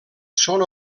són